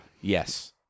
Yes